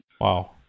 Wow